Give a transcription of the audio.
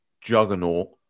juggernaut